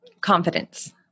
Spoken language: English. Confidence